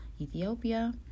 Ethiopia